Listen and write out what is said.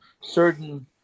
certain